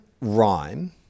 rhyme